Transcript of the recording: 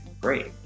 great